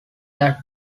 that